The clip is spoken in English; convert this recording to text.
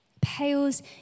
pales